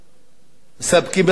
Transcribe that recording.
מספקים לנו את המחסור.